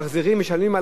משלמים על ההוצאה,